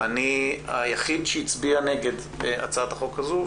אני היחיד שהצביע נגד בהצעת החוק הזאת.